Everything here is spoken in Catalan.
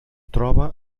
troba